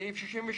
הסתייגות 66: